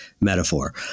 metaphor